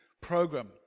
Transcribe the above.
program